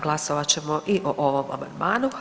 Glasovat ćemo i o ovom amandmanu.